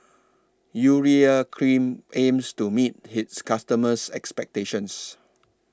Urea Cream aims to meet its customers' expectations